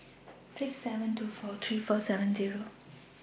six seven two four three four seven Zero